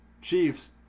Chiefs